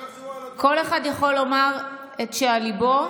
כל אחד יכול לומר את שעל ליבו.